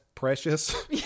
Precious